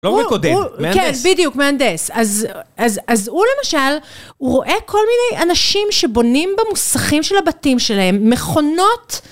לא מקודד, מהנדס. כן, בדיוק, מהנדס. אז הוא, למשל, הוא רואה כל מיני אנשים שבונים במוסכים של הבתים שלהם מכונות...